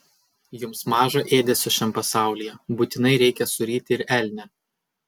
jums maža ėdesio šiam pasaulyje būtinai reikia suryti ir elnią